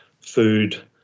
food